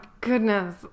goodness